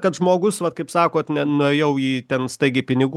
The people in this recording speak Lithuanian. kad žmogus vat kaip sakot nenuėjau į ten staigiai pinigų